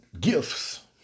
gifts